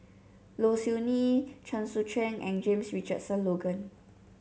Low Siew Nghee Chen Sucheng and James Richardson Logan